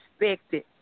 expected